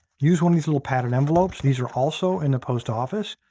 use one of these little padded envelopes. these are also in the post office,